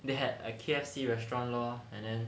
they had a K_F_C restaurant lor and then